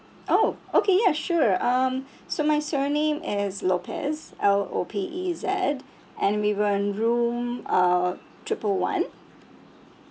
oh okay yeah sure um so my surname is lopez L O P E Z and we were in room uh triple one